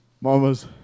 Mamas